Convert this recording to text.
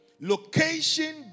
location